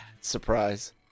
Surprise